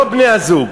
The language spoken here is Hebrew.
לא בני-הזוג,